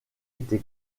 été